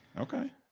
Okay